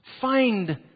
Find